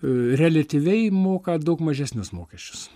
reliatyviai moka daug mažesnius mokesčius